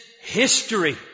history